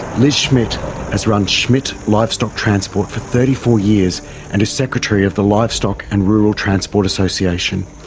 liz schmidt has run schmidt livestock transport for thirty four years and is secretary of the livestock and rural transport association.